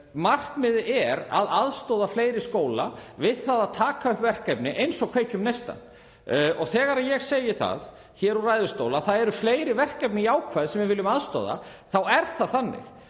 Markmiðið er að aðstoða fleiri skóla við það að taka upp verkefni eins og Kveikjum neistann. Og þegar ég segi það héðan úr ræðustól að það séu fleiri jákvæð verkefni sem við viljum aðstoða við þá er það þannig.